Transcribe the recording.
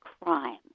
crime